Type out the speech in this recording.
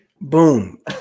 Boom